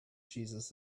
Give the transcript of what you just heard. jesus